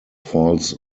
falls